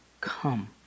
come